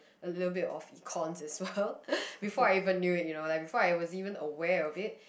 a little bit of econs as well before I even knew it before I was even aware of it